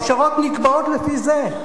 הפשרות נקבעות לפי זה.